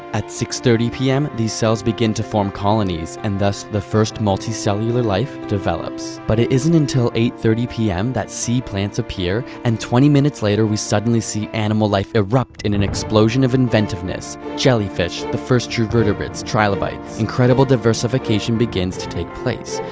at six thirty pm, these cells begin to form colonies, and thus, the first multi-cellular life develops. but it isn't until eight thirty pm that sea plants appear and twenty minutes later, we suddenly see animal life erupt in an explosion of inventiveness. jellyfish, the first invertebrates, trilobytes, incredible diversification begins to take place.